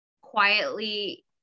quietly